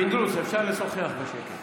אינו נוכח יעל רון בן משה,